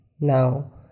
Now